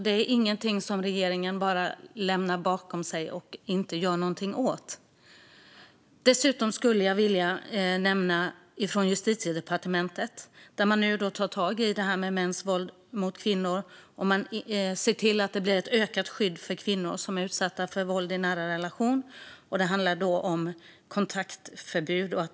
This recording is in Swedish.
Det är ingenting som regeringen bara lämnar bakom sig och inte gör någonting åt. Dessutom skulle jag vilja nämna att man på Justitiedepartementet nu tar tag i det här med mäns våld mot kvinnor och ser till att det blir ett ökat skydd för kvinnor som är utsatta för våld i nära relationer. Det handlar om kontaktförbud.